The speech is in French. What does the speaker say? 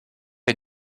est